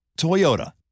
Toyota